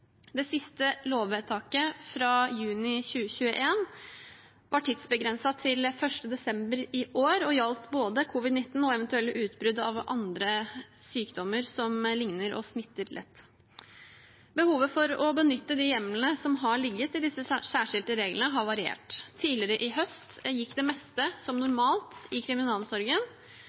Det siste lovvedtaket, fra juni 2021, var tidsbegrenset til 1. desember i år og gjaldt både covid-19 og eventuelle utbrudd av andre sykdommer som ligner og smitter lett. Behovet for å benytte de hjemlene som har ligget i disse særskiltene reglene, har variert. Tidligere i høst gikk det meste som normalt i kriminalomsorgen,